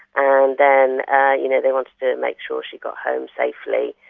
um then ah you know they wanted to make sure she got home safely,